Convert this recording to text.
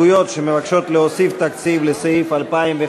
המבקשות להפחית את תקציב סעיף 42 לשנת הכספים 2015. חברי הכנסת,